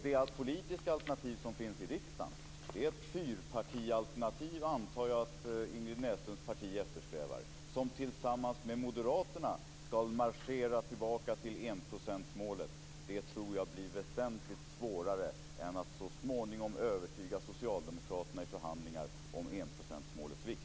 Det politiska alternativ som finns i riksdagen är ett fyrpartialternativ, vilket jag antar att Ingrid Näslunds parti eftersträvar, som tillsammans med Moderaterna skall marschera tillbaka till enprocentsmålet. Det tror jag blir väsentligt svårare än att så småningom övertyga Socialdemokraterna i förhandlingar om enprocentsmålets vikt.